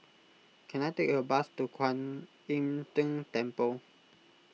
can I take a bus to Kwan Im Tng Temple